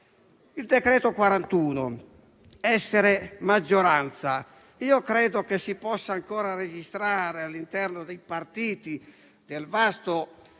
Il decreto-legge n. 41: essere maggioranza. Credo che si possa ancora registrare all'interno dei partiti, del vasto